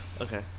Okay